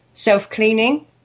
Self-cleaning